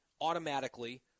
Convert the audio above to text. automatically